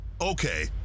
Okay